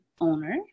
owner